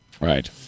Right